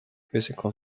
physical